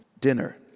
dinner